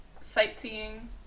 sightseeing